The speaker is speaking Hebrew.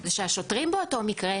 זה שהשוטרים באותו מקרה,